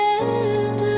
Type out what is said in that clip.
end